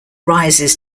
rises